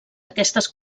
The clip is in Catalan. aquestes